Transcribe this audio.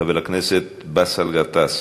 חבר הכנסת באסל גטאס,